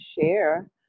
share